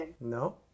No